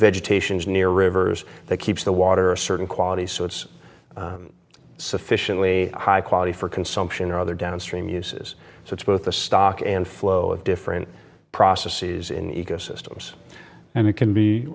vegetation is near rivers that keeps the water a certain quality so it's sufficiently high quality for consumption or other downstream uses so it's both a stock and flow of different processes in ecosystems and it can be